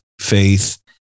faith